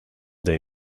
they